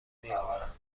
میآورند